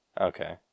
Okay